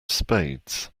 spades